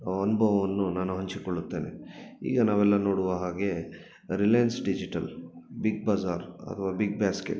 ಅನುಭವವನ್ನು ನಾನು ಹಂಚಿಕೊಳ್ಳುತ್ತೇನೆ ಈಗ ನಾವೆಲ್ಲ ನೋಡುವ ಹಾಗೆ ರಿಲಯನ್ಸ್ ಡಿಜಿಟಲ್ ಬಿಗ್ ಬಜಾರ್ ಅಥ್ವಾ ಬಿಗ್ ಬಾಸ್ಕೆಟ್